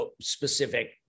specific